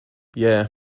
yeah